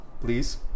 please